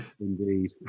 Indeed